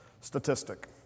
statistic